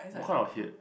what kind of head